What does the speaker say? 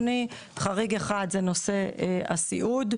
חריג אחד זה נושא הסיעוד,